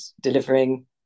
delivering